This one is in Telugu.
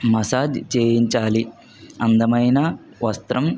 మసాజ్ చేయించాలి అందమైన వస్త్రం